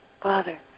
Father